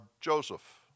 Joseph